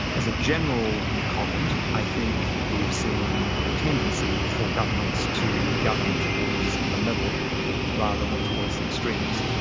as a general comment, i think we've seen a tendency for governments to govern towards the middle rather than towards the extremes.